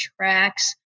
tracks